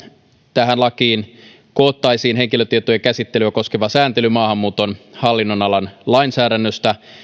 tähän lakiin koottaisiin henkilötietojen käsittelyä koskeva sääntely maahanmuuton hallinnonalan lainsäädännöstä